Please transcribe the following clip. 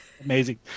amazing